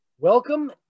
Welcome